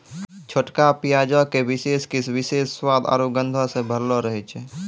छोटका प्याजो के विशेष किस्म विशेष स्वाद आरु गंधो से भरलो रहै छै